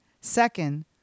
Second